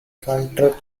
counter